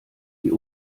die